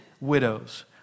widows